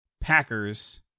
Packers